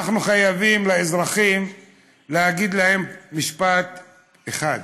אנחנו חייבים לאזרחים להגיד משפט אחד: